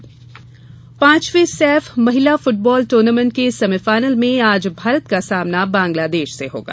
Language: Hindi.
महिला फुटबाल पांचवें सैफ महिला फुटबॉल ट्र्नामेंट के सेमीफाइनल में आज भारत का सामना बांग्लादेश से होगा